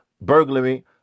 burglary